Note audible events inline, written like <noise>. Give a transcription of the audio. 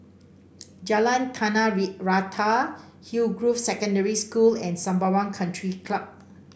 Jalan Tanah <unintelligible> Rata Hillgrove Secondary School and Sembawang Country Club